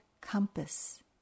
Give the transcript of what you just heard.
compass